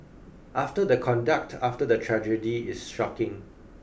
after the conduct after the tragedy is shocking